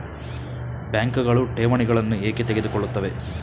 ಬ್ಯಾಂಕುಗಳು ಠೇವಣಿಗಳನ್ನು ಏಕೆ ತೆಗೆದುಕೊಳ್ಳುತ್ತವೆ?